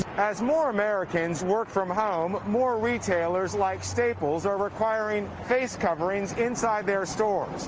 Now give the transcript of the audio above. as more americans work from home, more retailers like staples are requiring face coverings inside their store,